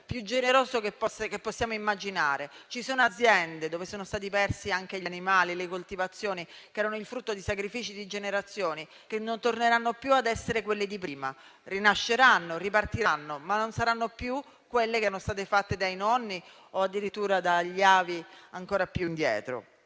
più generoso che possiamo immaginare. Ci sono aziende in cui sono stati persi anche gli animali e le coltivazioni, che erano il frutto di sacrifici di generazioni, che non torneranno più ad essere quelle di prima. Rinasceranno, ripartiranno, ma non saranno più quelle che erano state fatte dai nonni o addirittura dagli avi, in anni ancora